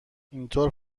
اینطور